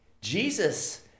Jesus